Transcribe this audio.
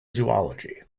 zoology